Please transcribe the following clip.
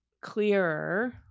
clearer